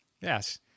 Yes